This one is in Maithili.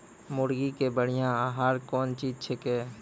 मुर्गी के बढ़िया आहार कौन चीज छै के?